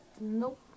nope